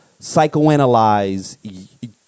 psychoanalyze